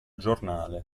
giornale